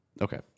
Okay